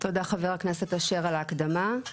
תודה חבר הכנסת אשר, על ההקדמה.